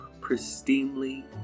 pristinely